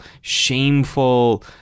shameful